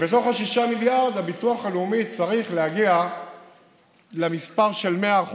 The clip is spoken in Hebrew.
כשבתוך ה-6 מיליארד הביטוח הלאומי צריך להגיע למספר של 100%,